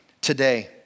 today